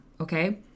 okay